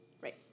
Right